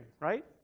right